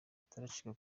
bataracika